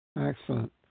Excellent